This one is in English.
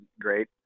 great